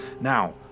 Now